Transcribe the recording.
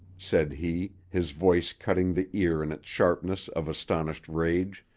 said he, his voice cutting the ear in its sharpness of astonished rage,